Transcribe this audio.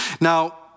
Now